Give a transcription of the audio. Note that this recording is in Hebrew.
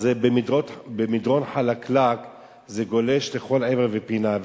אז במדרון חלקלק זה גולש לכל עבר ופינה.